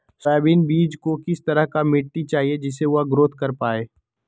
Soybean बीज को किस तरह का मिट्टी चाहिए जिससे वह ग्रोथ कर पाए?